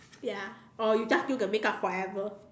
ya or you just do the makeup forever